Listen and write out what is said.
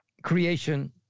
creation